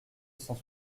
cent